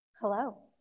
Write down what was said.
Hello